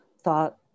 thought